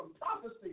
prophecy